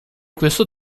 questo